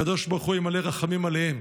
הקדוש ברוך הוא יימלא רחמים עליהם